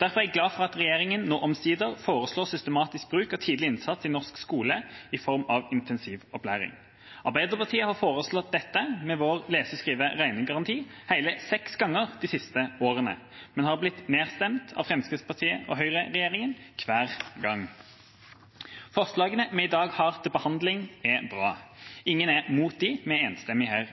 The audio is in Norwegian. Derfor er jeg glad for at regjeringa nå omsider foreslår systematisk bruk av tidlig innsats i norsk skole i form av intensivopplæring. Arbeiderpartiet har foreslått dette – med vår lese-, skrive- og regnegaranti – hele seks ganger de siste årene, men har blitt nedstemt av Fremskrittsparti–Høyre-regjeringa hver gang. Forslagene vi i dag har til behandling, er bra. Ingen er imot dem; vi er enstemmig her